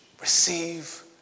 Receive